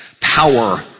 power